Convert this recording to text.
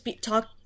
talk